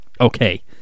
okay